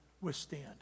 withstand